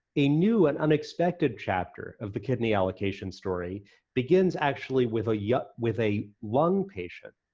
a new and unexpected chapter of the kidney allocation story begins actually with ah yeah ah with a lung patient,